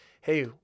hey